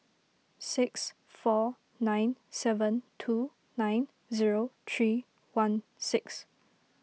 six four nine seven two nine zero three one six